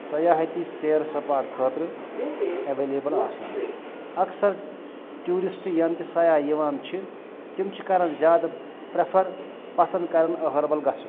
سیاحتی سیر سپاٹ خٲطرٕ ایٚوَیلیبٕل آسان اَکثر ٹیوٗرِسٹ یَنہٕ تہِ سَیاح یِوان چھِ تِم چھِ کَرَن زیادٕ پرَفَر پَسنٛد کَرَن أہربَل گَژھُن